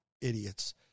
idiots